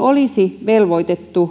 olisi velvoitettu